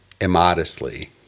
immodestly